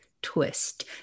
Twist